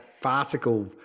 farcical